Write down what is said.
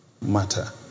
matter